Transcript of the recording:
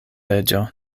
reĝo